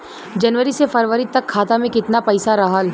जनवरी से फरवरी तक खाता में कितना पईसा रहल?